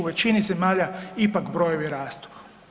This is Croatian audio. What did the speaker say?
U većini zemalja ipak brojevi rastu.